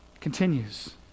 continues